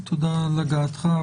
תודה על הגעתך,